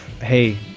hey